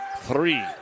three